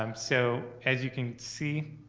um so, as you can see